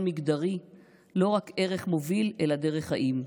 מגדרי לא רק ערך מוביל אלא דרך חיים.